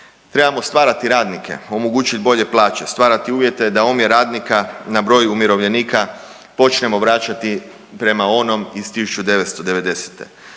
Trebamo stvarati radnike, omogućit bolje plaće, stvarati uvjete da omjer radnika na broj umirovljenika počnemo vraćati prema onom iz 1990.